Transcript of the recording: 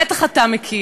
בטח אתה מכיר.